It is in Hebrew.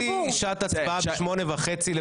קבעתי שעת הצבעה בשמונה וחצי.